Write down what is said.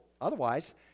Otherwise